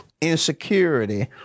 Insecurity